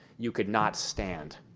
you could not stand.